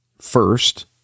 First